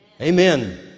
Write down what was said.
Amen